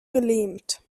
gelähmt